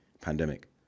pandemic